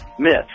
myths